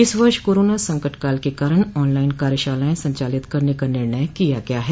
इस वर्ष कोरोना संकट काल के कारण ऑनलाइन कार्यशालाएं संचालित करने का निर्णय किया गया है